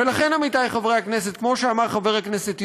ולכן, עמיתי חברי הכנסת, כמו שאמר חבר הכנסת יונה,